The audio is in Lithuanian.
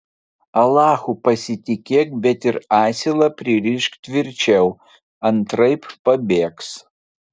alachu pasitikėk bet ir asilą pririšk tvirčiau antraip pabėgs